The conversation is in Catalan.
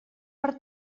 per